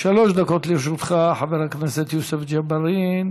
שלוש דקות לרשותך, חבר הכנסת יוסף ג'בארין.